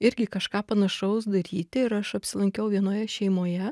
irgi kažką panašaus daryti ir aš apsilankiau vienoje šeimoje